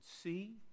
see